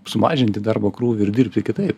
sumažinti darbo krūvį ir dirbti kitaip